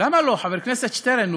למה לא, חבר הכנסת שטרן?